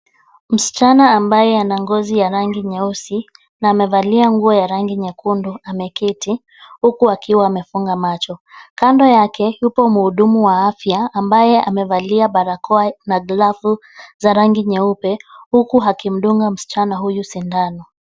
Msichana ambaye ana ngozi ya rangi nyeusi na amevalia nguo ya rangi nyekundu ameketi huku akiwa amefunga macho. Kando yake yuko mhudumu wa afya ambaye amevalia barakoa na glavu za rangi nyeupe huku akimdunga msichana huyu sindano.